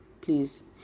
please